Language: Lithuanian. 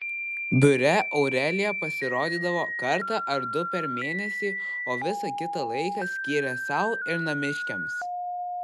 biure aurelija pasirodydavo kartą ar du per mėnesį o visą kitą laiką skyrė sau ir namiškiams